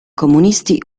comunisti